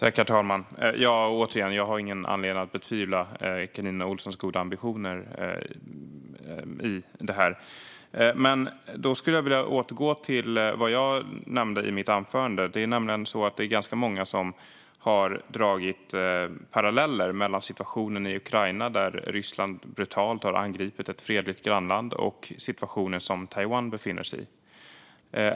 Herr talman! Återigen: Jag har ingen anledning att betvivla Carina Ohlssons goda ambitioner i det här. Jag skulle vilja återgå till vad jag nämnde i mitt anförande. Det är nämligen så att det är ganska många som har dragit paralleller mellan situationen i Ukraina, där Ryssland brutalt har angripit ett fredligt grannland, och situationen som Taiwan befinner sig i.